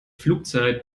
flugzeit